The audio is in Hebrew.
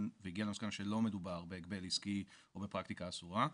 והגיעה למסקנה שלא מדובר בהגבל עסקי או בפרקטיקה אסורה.